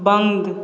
बंद